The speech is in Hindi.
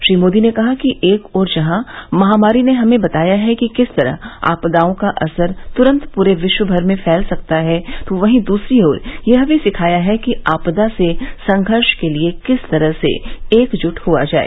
श्री मोदी ने कहा कि एक ओर जहां महामारी ने हमें बताया है कि किस तरह आपदाओं का असर तुरंत पूरे विश्व भर में फैल सकता है तो दूसरी ओर यह भी सिखाया है कि आपदा से संघर्ष के लिए किस तरह से एकजुट हुआ जाए